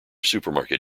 supermarket